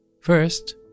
first